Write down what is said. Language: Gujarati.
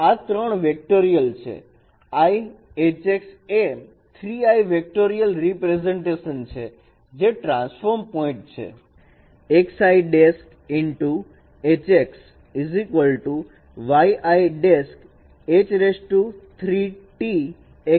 તો આ 3 વેક્ટેરિયલ છે i Hx એ 3i વેક્ટેરિયલ રીપ્રેઝન્ટેશન છે જે ટ્રાન્સફોર્મ પોઇન્ટ છે